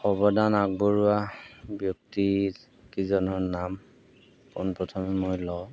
সৱদান আগবঢ়োৱা ব্যক্তিৰ কিজনৰ নাম পোন প্ৰথমে মই লওঁ